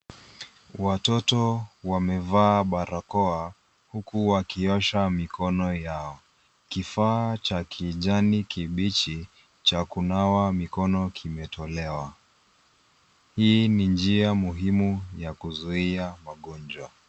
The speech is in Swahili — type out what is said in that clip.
Watoto wamevaa barakoa huku wakiosha mikono yao. Kifaa cha kijani kibichi cha kunawa mikono kimetolewa. Hii ni njia muhimu ya kuzuhia magonjwa.